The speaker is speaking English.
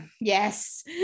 yes